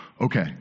Okay